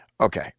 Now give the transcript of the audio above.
okay